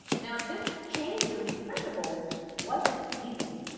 now this change of principles wasn't easy,